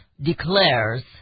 declares